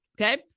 okay